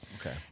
Okay